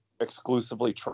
exclusively